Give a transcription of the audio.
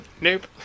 nope